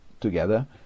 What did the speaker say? together